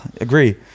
agree